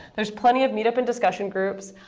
there's plenty of meet-up and discussion groups.